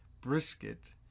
brisket